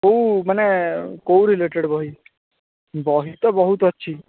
କେଉଁ ମାନେ କେଉଁ ରିଲେଟେଡ଼୍ ବହି ବହି ତ ବହୁତ ଅଛି